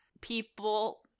people-